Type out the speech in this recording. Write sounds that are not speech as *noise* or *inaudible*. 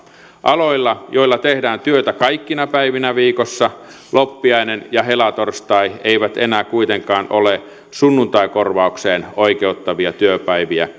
aloilla joilla tehdään työtä kaikkina päivinä viikossa loppiainen ja helatorstai eivät enää kuitenkaan ole sunnuntaikorvaukseen oikeuttavia työpäiviä *unintelligible*